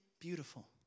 beautiful